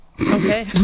Okay